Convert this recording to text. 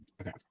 Okay